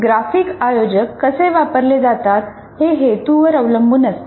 graphic आयोजक कसे वापरले जातात हे हेतूवर अवलंबून असते